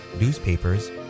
newspapers